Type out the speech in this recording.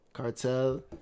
cartel